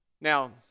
now